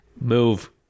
move